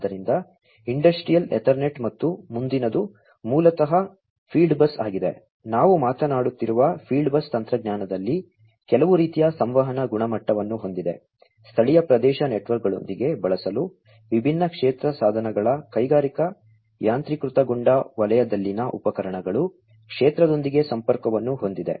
ಆದ್ದರಿಂದ industrial ethernet ಮತ್ತು ಮುಂದಿನದು ಮೂಲತಃ ಫೀಲ್ಡ್ ಬಸ್ ಆಗಿದೆ ನಾವು ಮಾತನಾಡುತ್ತಿರುವ ಫೀಲ್ಡ್ ಬಸ್ ತಂತ್ರಜ್ಞಾನದಲ್ಲಿ ಕೆಲವು ರೀತಿಯ ಸಂವಹನ ಗುಣಮಟ್ಟವನ್ನು ಹೊಂದಿದೆ ಸ್ಥಳೀಯ ಪ್ರದೇಶ ನೆಟ್ವರ್ಕ್ಗಳೊಂದಿಗೆ ಬಳಸಲು ವಿಭಿನ್ನ ಕ್ಷೇತ್ರ ಸಾಧನಗಳ ಕೈಗಾರಿಕಾ ಯಾಂತ್ರೀಕೃತಗೊಂಡ ವಲಯದಲ್ಲಿನ ಉಪಕರಣಗಳು ಕ್ಷೇತ್ರದೊಂದಿಗೆ ಸಂಪರ್ಕವನ್ನು ಹೊಂದಿದೆ